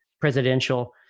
presidential